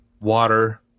water